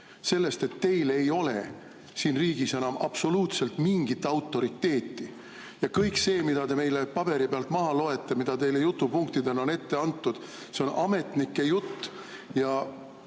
sellest, et teil ei ole siin riigis enam absoluutselt mingit autoriteeti. Kõik see, mida te meile paberi pealt maha loete, mida teile jutupunktidena on ette antud, on ametnike jutt.